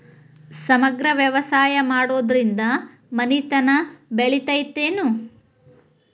ಸಮಗ್ರ ವ್ಯವಸಾಯ ಮಾಡುದ್ರಿಂದ ಮನಿತನ ಬೇಳಿತೈತೇನು?